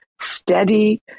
steady